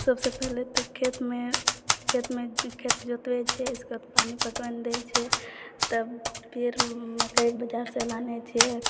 सबसँ पहिले तऽ खेतमे खेत जोतै छै इसके बाद पानि पटवन दै छै तब फिर मकै बजारसँ लानैत छै